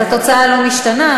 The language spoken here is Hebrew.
אז התוצאה לא משתנה,